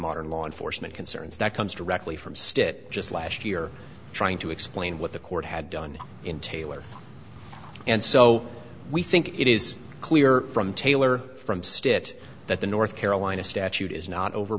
modern law enforcement concerns that comes directly from stitt just last year trying to explain what the court had done in taylor and so we think it is clear from taylor from stitt that the north carolina statute is not